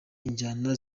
injyana